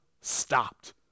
stopped